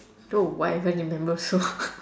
don't know why I even remember also